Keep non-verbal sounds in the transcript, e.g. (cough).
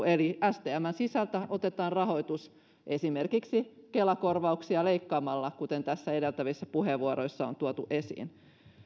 (unintelligible) eli stmn sisältä otetaan rahoitus esimerkiksi kela korvauksia leikkaamalla kuten näissä edeltävissä puheenvuoroissa on tuotu esiin